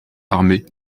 armée